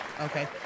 okay